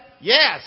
Yes